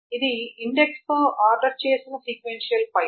ఇది ఇండెక్స్తో ఆర్డర్ చేసిన సీక్వెన్షియల్ ఫైల్